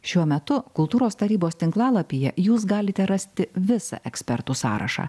šiuo metu kultūros tarybos tinklalapyje jūs galite rasti visą ekspertų sąrašą